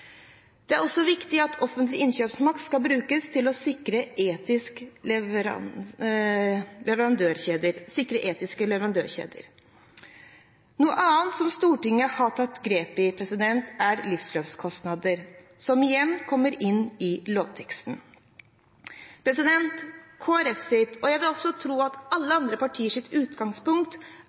Det er også viktig at offentlig innkjøpsmakt skal brukes til å sikre etiske leverandørkjeder. Noe annet som Stortinget har tatt tak i, er livsløpskostnader, som igjen kommer inn i lovteksten. Kristelig Folkepartis og jeg vil tro alle andre partiers utgangspunkt er at de lovendringene som Stortinget skal gjøre i dag, skal bidra til at alle